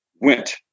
went